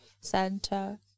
Center